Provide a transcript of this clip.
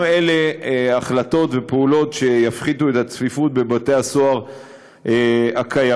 גם אלה החלטות ופעולות שיפחיתו את הצפיפות בבתי-הסוהר הקיימים.